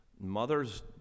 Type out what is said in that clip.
mothers